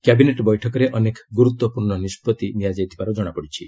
cabinet ବୈଠକରେ ଅନେକ ଗୁରୁତ୍ୱପୂର୍୍ଣ ନିଷ୍କଭି ନିଆଯାଇଥିବାର ଜଣାପଡ଼ିଛି